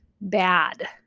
bad